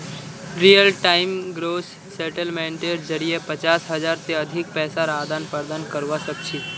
real time gross सेटलमेंटेर जरिये पचास हज़ार से अधिक पैसार आदान प्रदान करवा सक छी